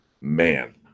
Man